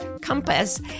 compass